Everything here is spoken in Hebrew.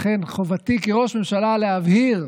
לכן חובתי כראש ממשלה להבהיר,